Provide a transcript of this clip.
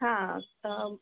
હા